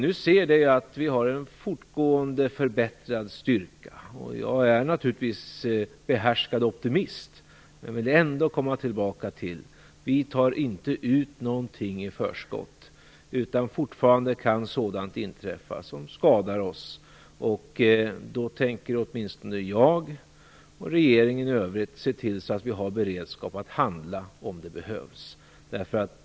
Nu ser vi att vi har en fortgående förbättrad styrka. Jag är naturligtvis behärskad optimist, men jag vill ändå komma tillbaka till att vi inte tar ut någonting i förskott. Det kan fortfarande inträffa sådant som skadar oss. Då tänker åtminstone jag och regeringen i övrigt se till att vi har beredskap att handla om det behövs.